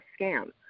scam